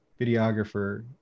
videographer